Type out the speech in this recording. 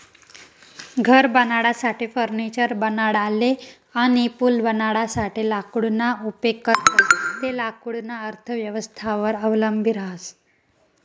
घर बनाडासाठे, फर्निचर बनाडाले अनी पूल बनाडासाठे लाकूडना उपेग करतंस ते लाकूडना अर्थव्यवस्थावर अवलंबी रहास